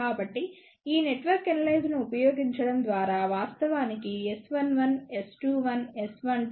కాబట్టి ఈ నెట్వర్క్ ఎనలైజర్ను ఉపయోగించడం ద్వారా వాస్తవానికి S11 S21 S12 అలాగే S22 ను కొలవవచ్చు